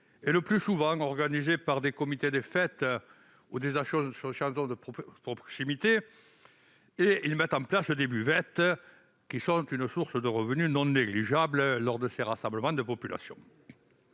et, le plus souvent, organisées par des comités des fêtes ou des associations de proximité : ceux-ci mettent en place des buvettes, qui sont une source de revenus non négligeable lors de ces rassemblements de population.